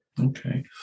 Okay